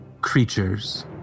creatures